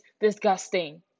disgusting